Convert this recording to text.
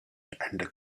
and